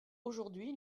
aujourd’hui